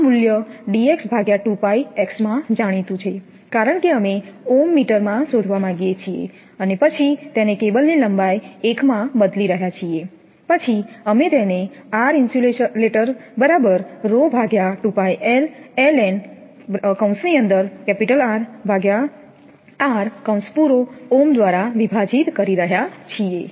આ મૂલ્ય dx2πx માં જાણીતું છે કારણ કે અમે માં શોધવા માંગીએ છીએ પછી અમે તેને કેબલની લંબાઈ 1 માં બદલી રહ્યા છીએ પછી અમે તેને દ્વારા વિભાજીત કરી રહ્યા છીએ